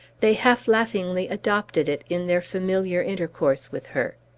they half-laughingly adopted it in their familiar intercourse with her.